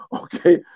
Okay